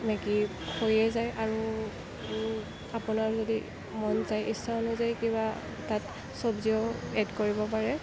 Maggi হৈয়েই যায় আৰু আপোনাৰ যদি মন যায় ইচ্ছা অনুযায়ী কিবা তাত চব্জিও এড কৰিব পাৰে